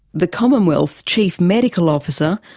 the commonwealth's chief medical officer,